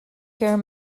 care